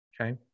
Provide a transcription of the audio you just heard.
okay